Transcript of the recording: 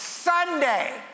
Sunday